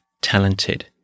talented